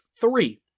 three